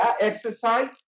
exercise